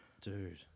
Dude